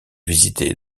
visités